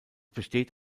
besteht